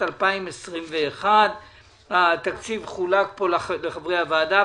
2021. התקציב חולק פה לחברי הוועדה.